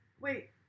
Wait